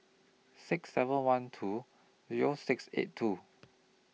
six seven one two Zero six eight two